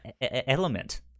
Element